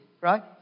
right